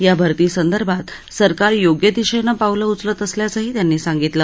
या भर्तीसंदर्भात सरकार योग्य दिशेनं पावलं उचलत असल्याचही त्यांनी सांगितलं